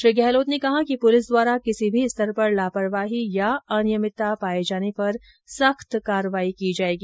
श्री गहलोत ने कहा कि पुलिस द्वारा किसी भी स्तर पर लापरवाही या अनियमितता पाये जाने पर सख्त कार्रवाई की जायेगी